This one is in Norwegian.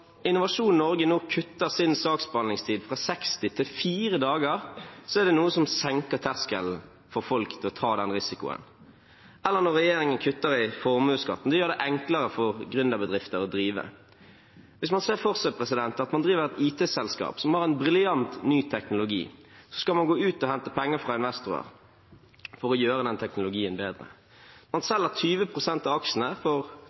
Innovasjon Norge nå kutter sin saksbehandlingstid fra 60 til 4 dager, er det noe som senker terskelen for folk til å ta den risikoen, og når regjeringen kutter i formuesskatten, blir det enklere for gründerbedrifter å drive. Man kan se for seg at man driver et IT-selskap som har en brilliant ny teknologi, og skal ut for å hente penger fra investorer for å gjøre den teknologien bedre. Man selger 20 pst. av aksjene for